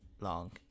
long